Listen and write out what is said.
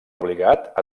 obligat